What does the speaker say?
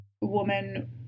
woman